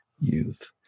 youth